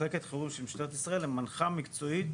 מחלקת חירום של משטרת ישראל מנחה מקצועית